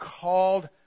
called